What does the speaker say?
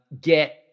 get